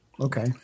Okay